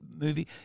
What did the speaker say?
movie –